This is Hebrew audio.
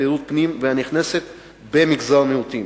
תיירות פנים והתיירות הנכנסת במגזר המיעוטים.